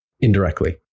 indirectly